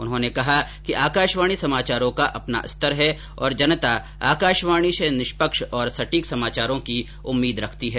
उन्होने कहा कि आकाशवाणी समाचारों का अपना स्तर है और जनता आकाशवाणी से निष्पक्ष और सटीक समाचारों की उम्मीद रखती है